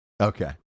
Okay